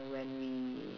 when we